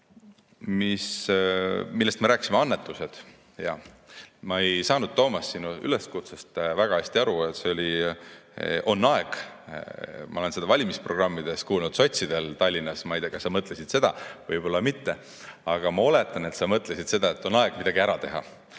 millest me veel rääkisime? Annetused. Ma ei saanud, Toomas, sinu üleskutsest väga hästi aru. On aeg – ma olen seda valimisprogrammides kuulnud sotsidel Tallinnas. Ma ei tea, kas sa mõtlesid seda, võib-olla mitte. Ma oletan, et sa mõtlesid seda: on aeg midagi ära teha.